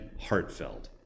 heartfelt